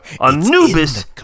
Anubis